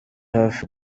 hafi